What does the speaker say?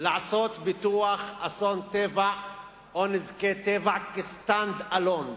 לעשות ביטוח אסון טבע או נזקי טבע כ-stand alone.